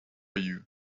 you